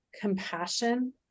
compassion